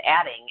adding